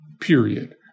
period